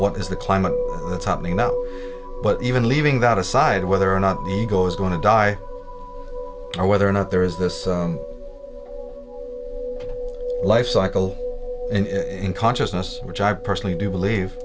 what is the climate that's happening now but even leaving that aside whether or not ego is going to die or whether or not there is this life cycle in consciousness which i personally do believe